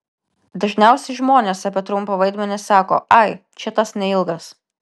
dažniausiai žmonės apie trumpą vandenį sako ai čia tas neilgas